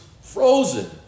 frozen